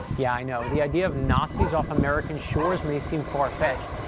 yeah, i know. the idea of nazis off american shores may seem far-fetched,